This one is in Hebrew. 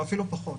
אפילו פחות,